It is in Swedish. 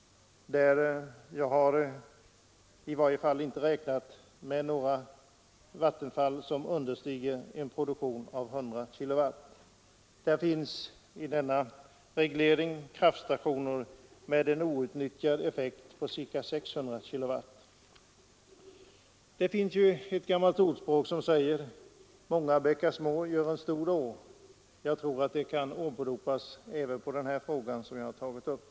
Jag har inte räknat med några vattenfall där produktionen understiger 100 kWh. I denna reglering finns kraftstationer med en outnyttjad effekt på ca 600 kWh. Det finns ett gammalt ordspråk som säger: Många bäckar små gör en stor å. Jag tror att detta kan åberopas även på den fråga jag har tagit upp.